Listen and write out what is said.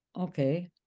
Okay